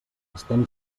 estem